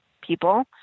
people